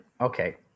okay